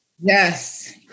Yes